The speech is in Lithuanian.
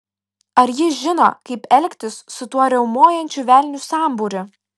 ar jis žino kaip elgtis su tuo riaumojančių velnių sambūriu